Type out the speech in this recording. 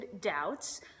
doubts